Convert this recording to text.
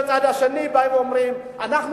בצד השני באים ואומרים: אנחנו,